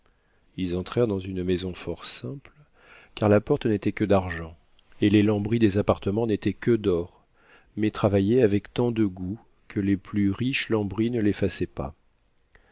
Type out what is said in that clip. ils entrèrent dans une maison fort simple car la porte n'était que d'argent et les lambris des appartements n'étaient que d'or mais travaillés avec tant de goût que les plus riches lambris ne l'effaçaient pas